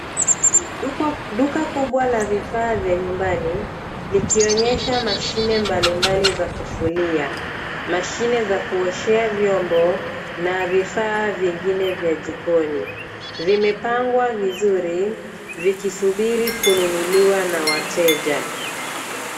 Duka kubwa la vifaa vya nyumbani likionyesha mashine mbalimbali za kufulia mashine za kuoshea vyombo na vifaa vingine vya jikoni. Vimepangwa vizuri vikisubiri kununuliwa na wateja.